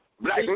Black